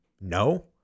no